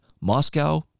Moscow